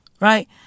Right